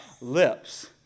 lips